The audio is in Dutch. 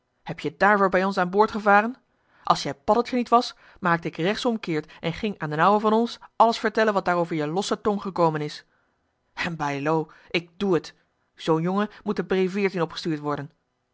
heb-je daarvoor bij ons aan boord gevaren als jij paddeltje niet was maakte ik rechtsomkeert en ging aan d'n ouwe van ons alles vertellen wat daar over je losse tong gekomen is en bijlo ik doe het zoo'n jongen moet de bree veertien opgestuurd worden